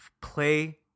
play